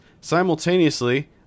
Simultaneously